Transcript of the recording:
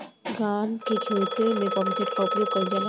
धान के ख़हेते में पम्पसेट का उपयोग कइल जाला?